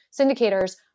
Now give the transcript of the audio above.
syndicators